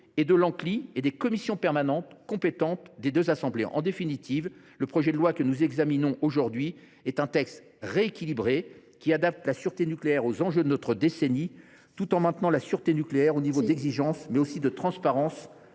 (Anccli) et les commissions permanentes compétentes des deux assemblées. En définitive, le projet de loi que nous examinons aujourd’hui est un texte rééquilibré, qui adapte la sûreté nucléaire aux enjeux de notre décennie, tout en maintenant la sûreté nucléaire au niveau d’exigence, mais aussi de transparence,